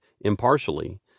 impartially